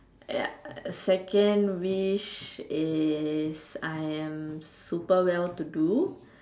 ya second wish is I am super well to do